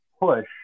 push